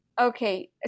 Okay